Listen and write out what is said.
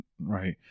Right